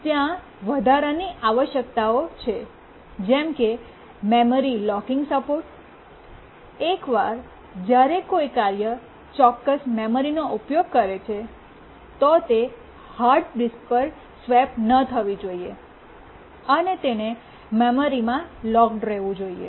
ત્યાં વધારાની આવશ્યકતાઓ છે જેમ કે મેમરી લોકીંગ સપોર્ટ એકવાર જ્યારે કોઈ કાર્ય ચોક્કસ મેમરીનો ઉપયોગ કરે છે ત્યાં હાર્ડ ડિસ્ક પર સ્વેપ ન થવી જોઈએ અને તેને મેમરીમાં લોક્ડ રહેવું કરવું જોઈએ